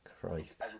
Christ